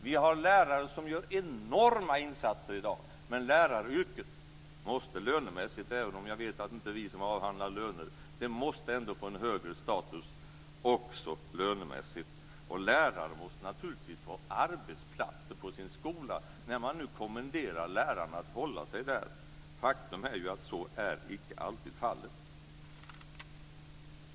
Det finns lärare som gör enorma insatser i dag, men läraryrket måste ändå få - även om jag vet att det är vi som förhandlar om löner - en högre status också lönemässigt. Och lärare måste naturligtvis få arbetsplatser på sin skola när man nu kommenderar lärarna att hålla sig där. Faktum är att så icke alltid är fallet.